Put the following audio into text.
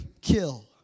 kill